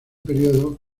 periodo